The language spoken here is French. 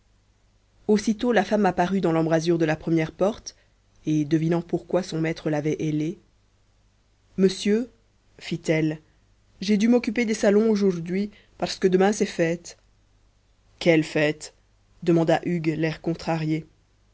aussitôt la femme apparut dans l'embrasure de la première porte et devinant pourquoi son maître l'avait hélée monsieur fît elle j'ai dû m'occuper des salons aujourd'hui parce que demain c'est fête quelle fête demanda hugues l'air contrarié